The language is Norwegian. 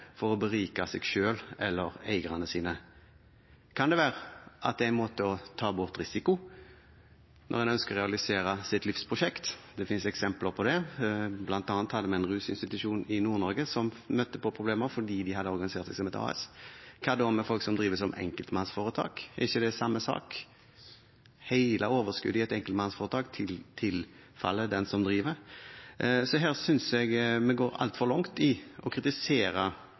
det er en måte å ta bort risiko på når man ønsker å realisere sitt livsprosjekt? Det finnes eksempler på det, bl.a. hadde vi en rusinstitusjon i Nord-Norge som møtte på problemer fordi de hadde organisert seg som et AS. Hva da med folk som driver som enkeltmannsforetak? Er ikke det samme sak? Hele overskuddet i et enkeltmannsforetak tilfaller den som driver. Så her synes jeg vi går altfor langt i å kritisere